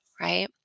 right